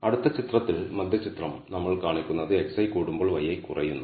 അടുത്ത ചിത്രത്തിൽ മധ്യചിത്രം നമ്മൾ കാണിക്കുന്നത് xi കൂടുമ്പോൾ yi കുറയുന്നു